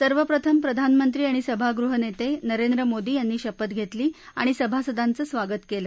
सर्वप्रथम प्रधानमंत्री आणि सभागृह नेते नरेंद्र मोदी यांनी शपथ घेतली आणि सभासदांचं स्वागत केलं